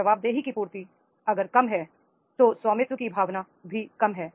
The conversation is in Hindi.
जवाबदेही की पूर्ति कम है तो स्वामित्व की भावना भी कम है